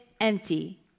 empty